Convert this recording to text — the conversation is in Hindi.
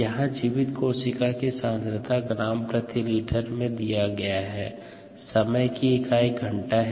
यहाँ जीवित कोशिका सांद्रता ग्राम प्रति लीटर में दिया गया है समय की इकाई घंटा हैं